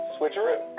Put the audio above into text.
Switcheroo